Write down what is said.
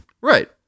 Right